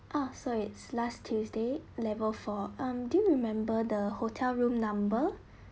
ah so it's last tuesday level four um do you remember the hotel room number